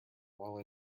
while